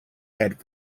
head